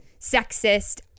sexist